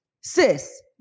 sis